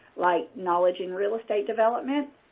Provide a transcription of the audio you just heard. like knowledge in real estate development,